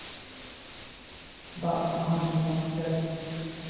ᱫᱟᱜ ᱨᱮᱱᱟᱜ ᱦᱚᱸ ᱡᱮᱢᱚᱱ ᱴᱮᱠᱥ